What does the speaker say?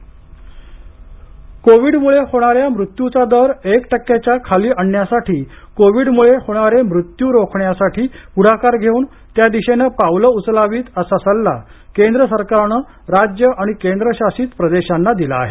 Covid कोविडमुळे होणाऱ्या मृत्यूचा दर एक टक्क्याच्या खाली आणण्यासाठी कोविड मुळे होणारे मृत्यू रोखण्यासाठी पुढाकार घेऊन त्या दिशेनं पावलं उचलावीत असा सल्ला केंद्र सरकारनं राज्य आणि केंद्रशासित प्रदेशांना दिला आहे